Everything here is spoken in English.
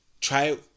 try